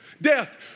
Death